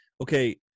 okay